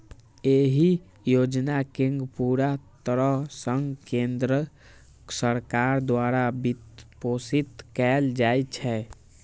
एहि योजना कें पूरा तरह सं केंद्र सरकार द्वारा वित्तपोषित कैल जाइ छै